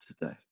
today